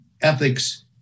ethics